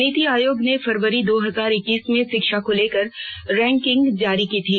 नीति आयोग ने फरवरी दो हजार एक्कीस में शिक्षा को लेकर रैंकिंग जारी की थी